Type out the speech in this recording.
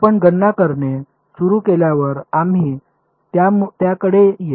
आपण गणना करणे सुरू केल्यावर आम्ही त्याकडे येऊ